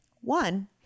One